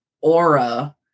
aura